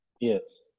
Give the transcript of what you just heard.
yes